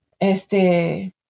este